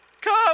Come